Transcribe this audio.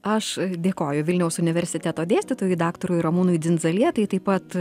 aš dėkoju vilniaus universiteto dėstytojui daktarui ramūnui dzindzalietai taip pat